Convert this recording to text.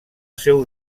seu